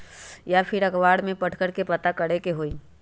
या फिर अखबार में पढ़कर के पता करे के होई?